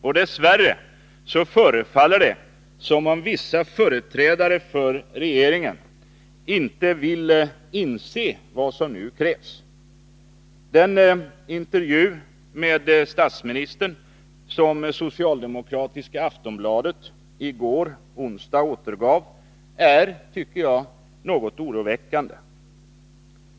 Och dess värre förefaller det som om vissa företrädare för regeringen inte vill inse vad som nu krävs. Den intervju med statsministern som socialdemokratiska Aftonbladet i går, onsdag, återgav är, tycker jag, något oroväckande.